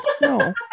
no